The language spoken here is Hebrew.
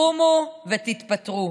קומו ותתפטרו.